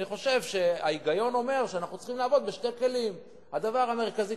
אני חושב שההיגיון אומר שאנחנו צריכים לעבוד בשני כלים: הדבר המרכזי,